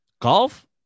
golf